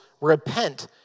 repent